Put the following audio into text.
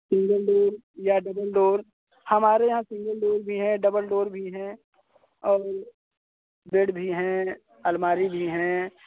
single door या double door हमारे यहाँ सिंगल डोर भी हैं डबल डोर भी हैं और बेड भी है अलमारी भी हैं